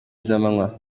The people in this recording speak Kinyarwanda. z’amanywa